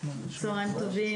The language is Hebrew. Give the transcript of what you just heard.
צהרים טובים.